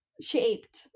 shaped